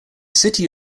city